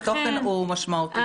אבל התוכן הוא משמעותי בעיניה.